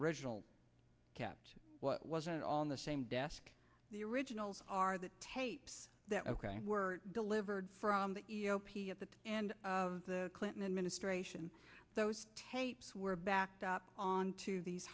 original kept what wasn't on the same desk the originals are the tapes that were delivered from the e o p at the end of the clinton administration those tapes were backed up on to these